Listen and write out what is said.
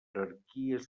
jerarquies